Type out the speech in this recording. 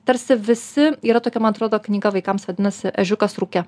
tarsi visi yra tokia man atrodo knyga vaikams vadinasi ežiukas rūke